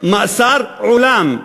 מאסר עולם,